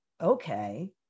okay